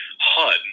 HUD